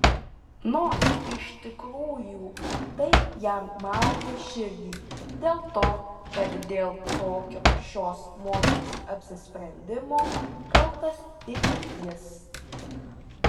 nors iš tikrųjų tai jam maudė širdį dėl to kad dėl tokio šios moters apsisprendimo kaltas tik jis